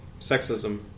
sexism